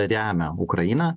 remia ukrainą